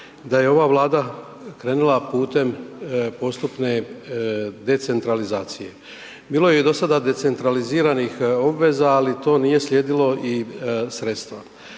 da je ova Vlada krenula putem postupne decentralizacije. Bilo je i do sada decentraliziranih obveza ali to nije slijedilo i sredstva.